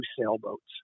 sailboats